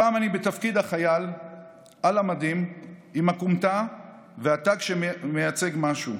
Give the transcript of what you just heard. הפעם אני בתפקיד החייל על המדים עם הכומתה והתג שמייצג משהו.